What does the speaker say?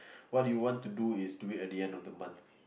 what you want to do is to wait at the end of the month